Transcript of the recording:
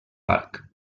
parc